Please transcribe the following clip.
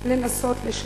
לנסות לשנות.